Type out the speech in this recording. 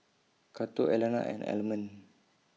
Cato Alannah and Almond